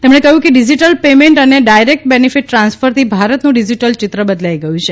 તેમણે કહ્યું કે ડિજિટલ પેમેન્ટ અને ડાયરેક્ટ બેનિફિટ ટ્રાન્સફરથી ભારતનું ડિજિટલ ચિત્ર બદલાઈ ગયું છે